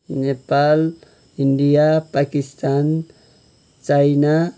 Nepal India Pakistan China